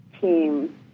team